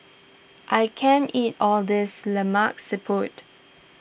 I can't eat all this Lemak Siput